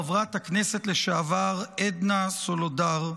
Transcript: חברת הכנסת לשעבר עדנה סולודר,